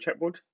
Checkboard